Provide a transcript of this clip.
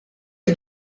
dik